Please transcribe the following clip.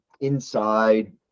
inside